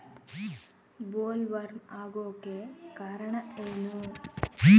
Bollworm ಆಗೋಕೆ ಕಾರಣ ಏನು?